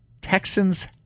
Texans